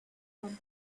what